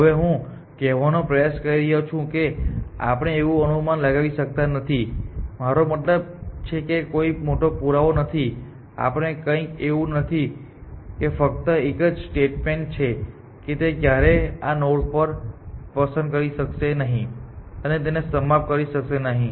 હવે હું કહેવાનો પ્રયાસ કરી રહ્યો છું કે આપણે એવું અનુમાન લગાવી શકતા નથી મારો મતલબ છે કે કોઈ મોટો પુરાવો નથી અથવા કંઈક એવું નથી કે તે ફક્ત એક જ સ્ટેટમેન્ટ છે કે તે ક્યારેય આવી નોડ પસંદ કરી શકશે નહીં અને તેને સમાપ્ત કરી શકશે નહીં